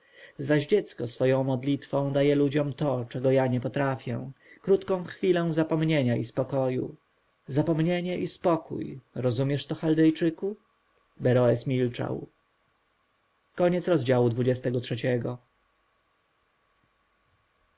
zaś dziecko swoją modlitwą daje ludziom to czego ja nie potrafię krótką chwilę zapomnienia i spokoju zapomnienie i spokój rozumiesz chaldejczyku beroes milczał